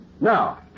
Now